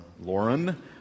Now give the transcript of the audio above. Lauren